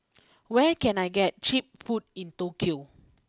where can I get cheap food in Tokyo